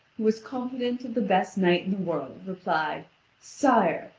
was confident of the best knight in the world, replied sire,